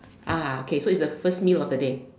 ah okay so it's the first meal of the day